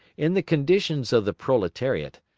in the conditions of the proletariat,